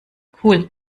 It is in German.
cool